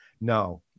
no